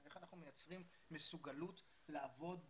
איך אנחנו מייצרים מסוגלות לעבוד בתכלול.